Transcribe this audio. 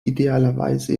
idealerweise